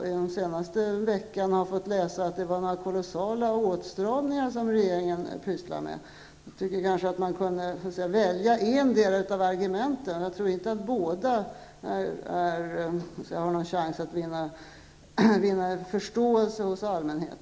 Den senaste veckan har vi ju kunnat läsa att regeringen pysslar med kolossala åtstramningar. Jag tycker att man borde välja endera av argumenten. Med båda argumenten samtidigt har man nog ingen chans att vinna förståelse hos allmänheten.